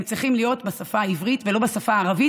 הם צריכים להיות בשפה העברית ולא בשפה הערבית,